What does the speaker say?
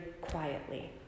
quietly